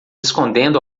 escondendo